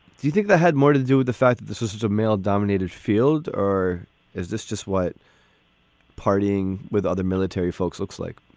do you think that had more to do with the fact that this is is a male dominated field or is this just what partying with other military folks looks like